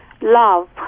love